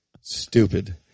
Stupid